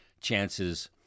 chances